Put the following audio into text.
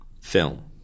film